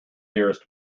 dearest